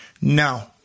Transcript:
No